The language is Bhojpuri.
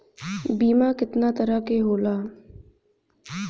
बीमा केतना तरह के होला?